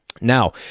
now